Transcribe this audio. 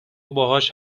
باهاش